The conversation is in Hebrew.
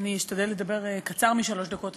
אני אשתדל לדבר קצר משלוש דקות.